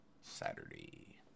Saturday